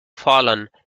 fallen